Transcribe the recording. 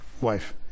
wife